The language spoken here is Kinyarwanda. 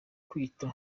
kwita